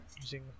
using